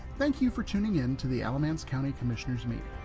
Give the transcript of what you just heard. thank you for tuning in to the alamance county commissioners meeting.